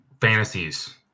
fantasies